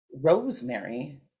rosemary